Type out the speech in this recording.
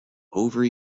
over